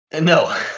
No